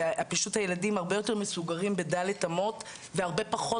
שפשוט הילדים הרבה יותר מסוגרים בדלת אמות והרבה פחות